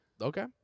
Okay